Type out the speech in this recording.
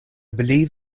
believe